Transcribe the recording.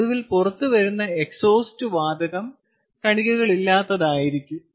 അങ്ങനെ ഒടുവിൽ പുറത്തുവരുന്ന എക്സ്ഹോസ്റ്റ് വാതകം കണികകളില്ലാത്തതായിരിക്കും